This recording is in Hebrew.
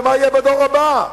ומה יהיה בדור הבא.